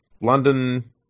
London